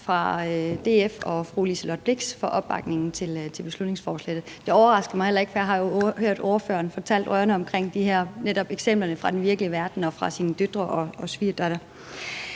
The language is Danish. til DF og fru Liselott Blixt for opbakningen til beslutningsforslaget. Det overraskede mig heller ikke, for jeg har jo hørt ordføreren komme med de her rørende eksempler fra den virkelige verden og fra sin datter og sin svigerdatter.